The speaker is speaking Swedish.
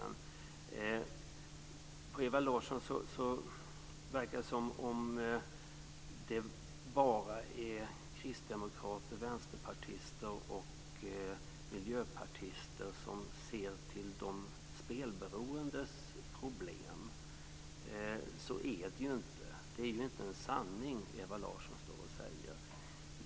På Ewa Larsson verkar det som att det bara är kristdemokrater, vänsterpartister och miljöpartister som ser till de spelberoendes problem. Så är det inte. Det är inte en sanning Ewa Larsson står och säger.